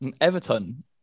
Everton